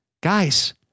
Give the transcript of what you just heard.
guys